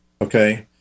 okay